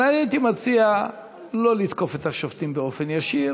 אבל אני הייתי מציע לא לתקוף את השופטים באופן ישיר,